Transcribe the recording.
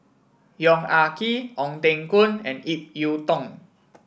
Yong Ah Kee Ong Teng Koon and Ip Yiu Tung